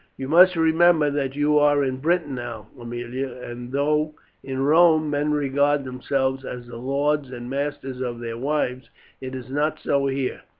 you must remember that you are in britain now, aemilia, and though in rome men regard themselves as the lords and masters of their wives it is not so here,